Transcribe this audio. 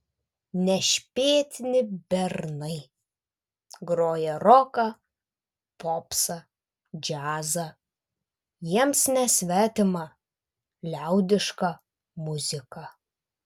nešpėtni bernai groja roką popsą džiazą jiems nesvetima liaudiška muzika